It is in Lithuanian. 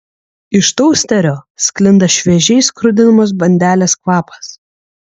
iš tosterio sklinda šviežiai skrudinamos bandelės kvapas